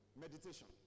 Meditation